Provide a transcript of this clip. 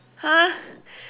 !huh!